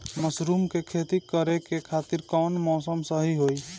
Mushroom के खेती करेके खातिर कवन मौसम सही होई?